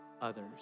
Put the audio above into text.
others